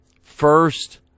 first